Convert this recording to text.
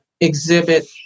exhibit